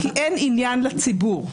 כי אין עניין לציבור.